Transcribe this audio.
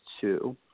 two